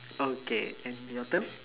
okay and your turn